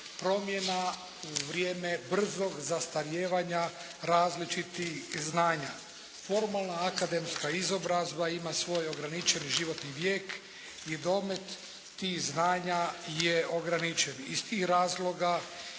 promjena, u vrijeme brzog zastarijevanja različitih znanja. Formalna akademska izobrazba ima svoj ograničeni životni vijek. I domet tih znanja je ograničen. Iz tih razloga